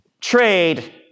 trade